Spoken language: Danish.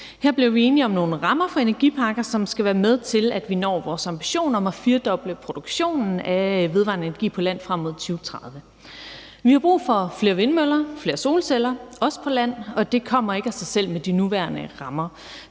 Her blev vi enige om nogle rammer for energiparker, som skal være med til, at vi når vores ambitioner om at firdoble produktionen af vedvarende energi på land frem mod 2030. Vi har brug for flere vindmøller og flere solceller, også på land, og det kommer ikke af sig selv med de nuværende rammer.